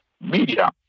media